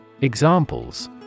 Examples